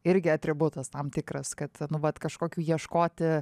irgi atributas tam tikras kad nu vat kažkokių ieškoti